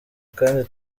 kandi